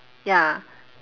ya